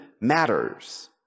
matters